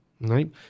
right